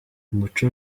umuco